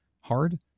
hard